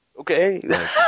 Okay